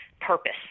purpose